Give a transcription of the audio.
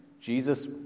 Jesus